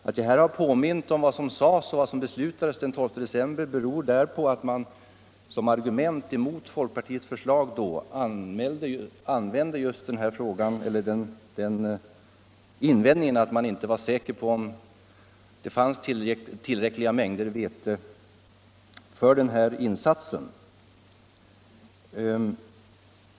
Att jag här har påmint om vad som sades och beslutades den 12 december beror därpå att man mot folkpartiets förslag då gjorde den invändningen att man inte var säker på om det fanns tillräckliga mängder vete för den här insatsen.